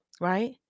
right